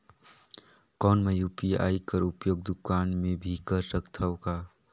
कौन मै यू.पी.आई कर उपयोग दुकान मे भी कर सकथव का?